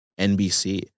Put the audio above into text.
NBC